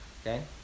Okay